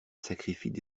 sacrifient